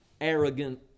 arrogant